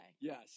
Yes